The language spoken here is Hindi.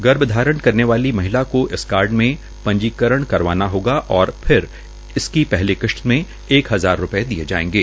गर्भाधारण करने वाली महिला को इस कार्ड में पंजीकरण करवाना होगा और फिर इसकी पहली किश्त में एक हजार रूपये दिये जायेंगे